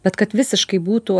bet kad visiškai būtų